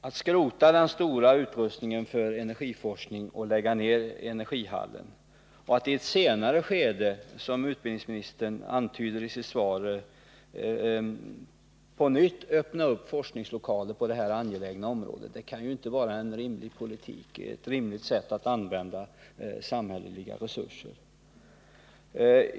Att skrota den stora utrustningen för energiforskning och lägga ner energihallen och att i ett senare skede, som utbildningsministern antyder i svaret, på nytt öppna lokalerna för forskning på det här angelägna området kan inte vara en vettig politik eller ett rimligt sätt att använda samhälleliga resurser.